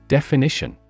Definition